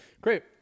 Great